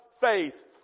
faith